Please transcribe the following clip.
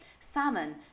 Salmon